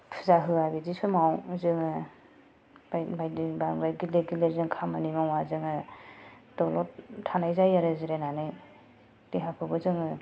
फुजा होआ बिदि समाव जोङो बायदि बायदि बांद्राय गेदेर गेदेर जों खामानि मावा जोङो दलद थानाय जायो आरो जिरायनानै देहाखौबो जोङो